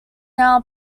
now